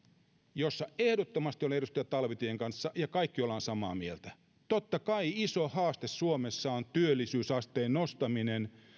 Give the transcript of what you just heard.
jossa ehdottomasti olen edustaja talvitien kanssa samaa mieltä ja kaikki olemme samaa mieltä totta kai iso haaste suomessa on työllisyysasteen nostaminen